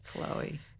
Chloe